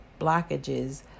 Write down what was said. blockages